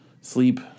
sleep